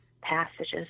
passages